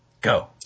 go